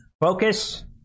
focus